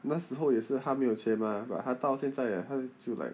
那时候也是他没有钱吗 but 他到现在他就 like